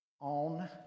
on